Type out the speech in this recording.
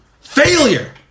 Failure